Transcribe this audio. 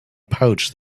pouch